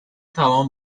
توان